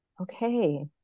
Okay